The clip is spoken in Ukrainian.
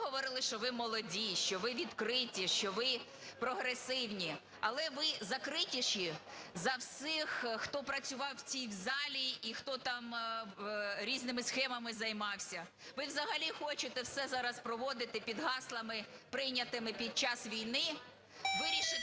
говорили, що ви молоді, що ви відкриті, що ви прогресивні, але ви закритіші за всіх, хто працював в цій залі і хто там різними схемами займався. Ви взагалі хочете все зараз проводити під гаслами, прийнятими під час війни, вирішити